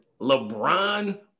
Lebron